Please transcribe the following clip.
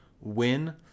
win